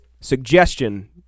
suggestion